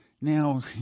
Now